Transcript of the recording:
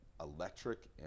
electric